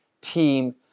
team